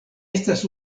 estis